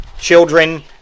children